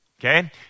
Okay